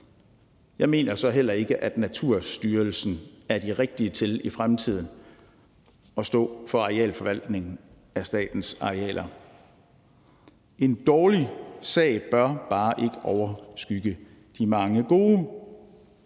Jeg mener så heller ikke, at Naturstyrelsen er de rigtige til i fremtiden at stå for arealforvaltningen af statens arealer. En dårlig sag bør bare ikke overskygge de mange gode.